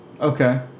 Okay